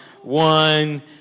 One